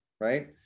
right